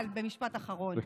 אבל, במשפט אחרון,